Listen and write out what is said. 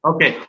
Okay